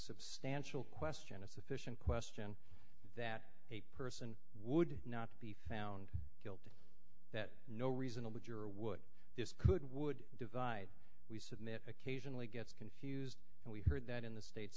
substantial question a sufficient question that a person would not be found that no reasonable juror would this could would divide we submit occasionally gets confused and we heard that in the state